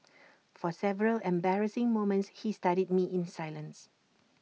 for several embarrassing moments he studied me in silence